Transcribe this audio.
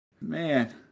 Man